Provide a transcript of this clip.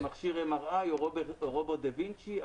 רכישת מכשיר MRI או רובו דה וינצ'י,